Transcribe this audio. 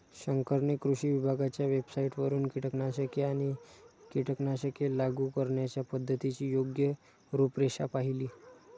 शंकरने कृषी विभागाच्या वेबसाइटवरून कीटकनाशके आणि कीटकनाशके लागू करण्याच्या पद्धतीची योग्य रूपरेषा पाहिली